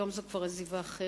היום זו כבר עזיבה אחרת.